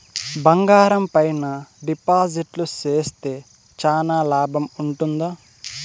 బంగారం పైన డిపాజిట్లు సేస్తే చానా లాభం ఉంటుందా?